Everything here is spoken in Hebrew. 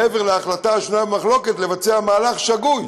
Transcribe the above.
מעבר להחלטה השנויה במחלוקת לבצע מהלך שגוי?